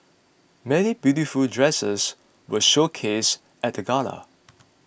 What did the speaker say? many beautiful dresses were showcased at the gala